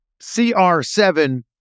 CR7